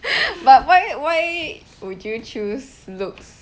but why why would you choose looks